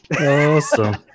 Awesome